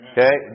Okay